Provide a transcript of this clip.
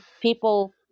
people